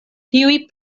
tiuj